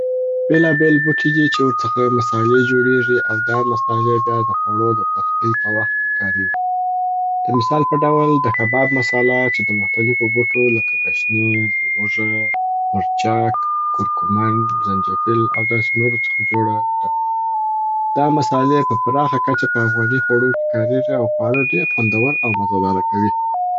بیلا بیل بوټي دي چې ورڅخه مصالې جوړیږي او دا مصالې بیا د خوړو د پخلۍ په وخت کې کاریږي. د مثال په ډول، د کباب مصاله چې د مخلیفو بوټو لکه، ګشنیز، اوږه، مرچک، کرکمن، زنجفیل، او داسي نورو څخه جوړه ده. دا مصالې په پراخه کچه په افغاني خوړو کي کاریږي او خواړه ډېر خوندور او مزه داره کوي.